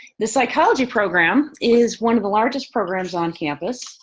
the psychology program is one of the largest programs on campus.